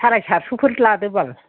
साराय सारस' फोर लादो बाल